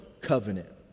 covenant